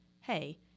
hey